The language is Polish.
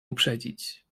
uprzedzić